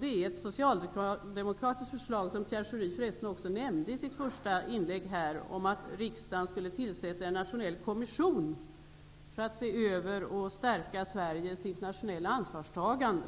Det är ett socialdemokratiskt förslag, som Pierre Schori för resten nämnde i sitt första inlägg, om att riksdagen skulle tillsätta en nationell kommission för att se över och stärka Sveriges internationella ansvarstagande.